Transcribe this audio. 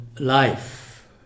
life